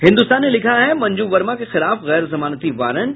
हिन्दुस्तान ने लिखा है मंजू वर्मा के खिलाफ गैरजमानती वारंट